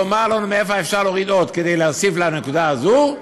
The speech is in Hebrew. לומר לנו איפה אפשר להוריד עוד כדי להוסיף לנקודה הזו,